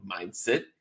mindset